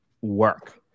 work